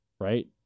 right